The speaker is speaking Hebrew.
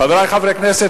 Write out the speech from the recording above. חברי הכנסת,